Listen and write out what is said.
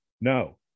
No